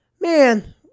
man